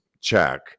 check